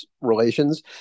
relations